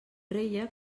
reia